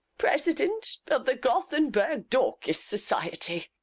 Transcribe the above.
president of the gothenburg dorcas society.